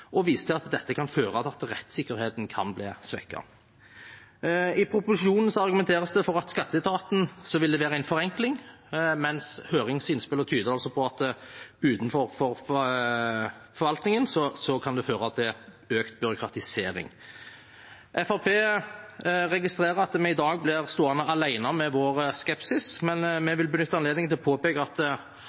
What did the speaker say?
og viser til at dette kan føre til at rettssikkerheten kan bli svekket. I proposisjonen argumenteres det med at det for skatteetaten vil være en forenkling, men høringsinnspillene tyder altså på at det utenfor forvaltningen kan føre til økt byråkratisering. Fremskrittspartiet registrerer at vi i dag blir stående alene med vår skepsis, men vi vil benytte anledningen til å påpeke at i forbindelse med lovarbeidet i 2007 ble det framhevet som det mest brukervennlige at